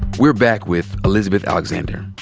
we're back with elizabeth alexander.